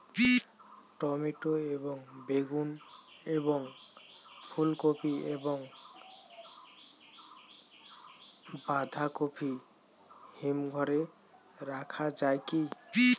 Tomato এবং বেগুন এবং ফুলকপি এবং বাঁধাকপি হিমঘরে রাখা যায় কি?